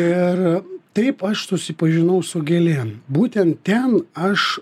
ir taip aš susipažinau su gėlėm būtent ten aš